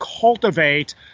cultivate